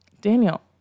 Daniel